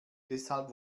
deshalb